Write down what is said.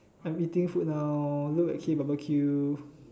I'm eating food now look at K barbecue